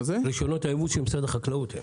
רישיונות הייבוא הם של משרד החקלאות.